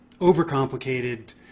overcomplicated